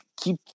keep